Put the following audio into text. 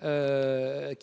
qui